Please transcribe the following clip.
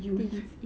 youth please